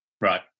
Right